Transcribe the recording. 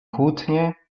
kłótnie